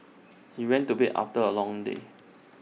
he went to bed after A long day